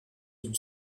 uno